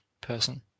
person